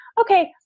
okay